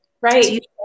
Right